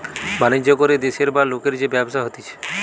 বাণিজ্য করে দেশের বা লোকের যে ব্যবসা হতিছে